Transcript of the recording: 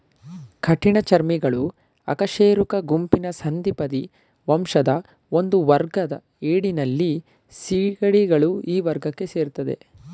ಕಠಿಣಚರ್ಮಿಗಳು ಅಕಶೇರುಕ ಗುಂಪಿನ ಸಂಧಿಪದಿ ವಂಶದ ಒಂದುವರ್ಗ ಏಡಿ ನಳ್ಳಿ ಸೀಗಡಿಗಳು ಈ ವರ್ಗಕ್ಕೆ ಸೇರ್ತದೆ